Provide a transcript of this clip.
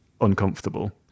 uncomfortable